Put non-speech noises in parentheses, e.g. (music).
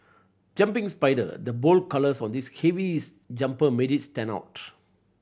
jumping spider the bold colours on this heavy (unintelligible) jumper made it stand out